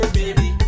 baby